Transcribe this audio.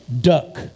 duck